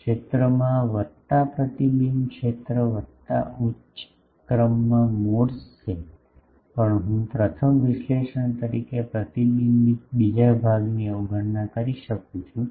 ક્ષેત્રમાં વત્તા પ્રતિબિંબિત ક્ષેત્ર વત્તા ઉચ્ચ ક્રમમાં મોડ્સ છે પણ હું પ્રથમ વિશ્લેષણ તરીકે પ્રતિબિંબિત બીજા ભાગની અવગણના કરી શકું છું